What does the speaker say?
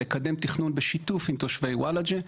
לקדם תכנון בשיתוף עם תושבי וולאג'ה,